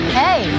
hey